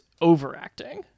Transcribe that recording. overacting